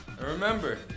remember